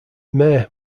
mayor